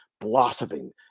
blossoming